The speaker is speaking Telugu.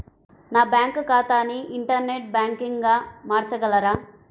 నా బ్యాంక్ ఖాతాని ఇంటర్నెట్ బ్యాంకింగ్గా మార్చగలరా?